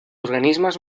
organismes